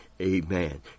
Amen